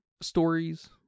stories